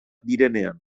direnean